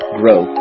grow